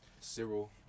Cyril